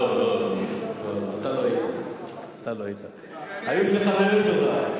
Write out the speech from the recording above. אתה לא היית, היו חברים שלך.